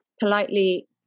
politely